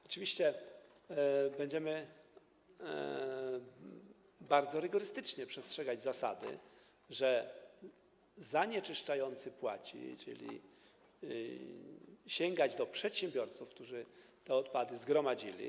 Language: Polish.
Oczywiście będziemy bardzo rygorystycznie przestrzegać zasady, że zanieczyszczający płaci, czyli będziemy sięgać do środków przedsiębiorców, którzy te odpady zgromadzili.